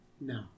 no